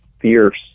fierce